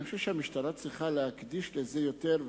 אני חושב שהמשטרה צריכה להקדיש לזה יותר.